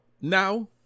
Now